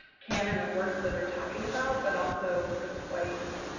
canon of works that they're talking about, but also the quite